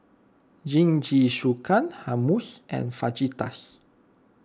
Jingisukan Hummus and Fajitas